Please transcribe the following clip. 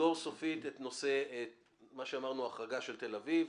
נסגור סופית את ההחרגה של תל אביב,